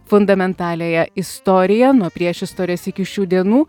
fundamentaliąją istoriją nuo priešistorės iki šių dienų